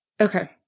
Okay